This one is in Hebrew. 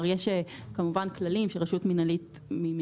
יש דוגמאות לכאן ולכאן.